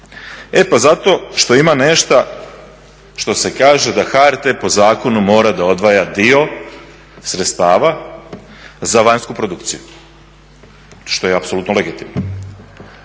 E pa zato što ima nešto što se kaže da HRT po zakonu mora da odvaja dio sredstava za vanjsku produkciju. Što je apsolutno legitimno.